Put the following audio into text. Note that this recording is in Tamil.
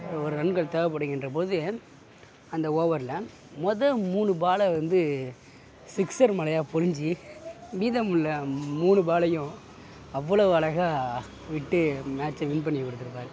ஒரு ரன்கள் தேவைப்படுகின்ற போது அந்த ஓவரில் மொதல் மூணு பாலை வந்து சிக்ஸர் மலையாக பொலிஞ்சி மீதமுள்ள மூ மூணு பாலையும் அவ்வளோ அழகா விட்டு மேட்சை வின் பண்ணி கொடுத்துருப்பார்